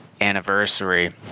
anniversary